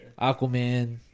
Aquaman